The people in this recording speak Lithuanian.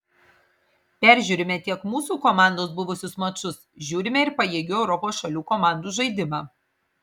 peržiūrime tiek mūsų komandos buvusius mačus žiūrime ir pajėgių europos šalių komandų žaidimą